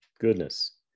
Goodness